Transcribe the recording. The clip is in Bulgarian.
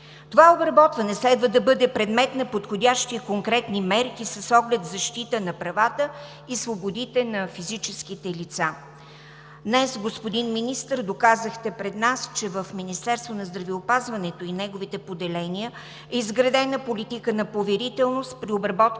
Това обработване следва да бъде предмет на подходящи и конкретни мерки с оглед защита на правата и свободите на физическите лица. Днес, господин Министър, доказахте пред нас, че в Министерството на здравеопазването и неговите поделения е изградена политика на поверителност при обработка